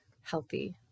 healthy